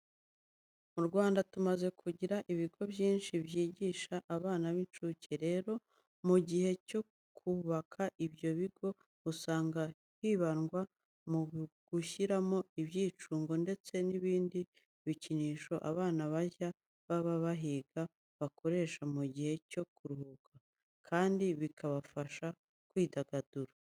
Mu Rwanda tumaze kugira ibigo byinshi byigisha abana b'incuke. Rero mu gihe cyo kubaka ibyo bigo, usanga hibandwa mu gushyiramo ibyicungo ndetse n'ibindi bikinisho abana bazajya baba bahiga bakoresha mu gihe cyo kuruhuka, kandi bikabafasha kwidagadura.